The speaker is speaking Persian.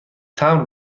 تمبر